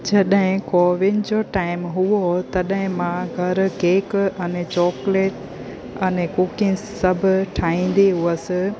जॾहिं कोविन जो टाइम हुओ तॾहिं मां घरु केक अने चॉकलेट अने कुकीज़ सभु ठाहींदी हुअसि